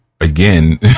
again